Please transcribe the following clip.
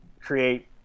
create